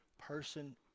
person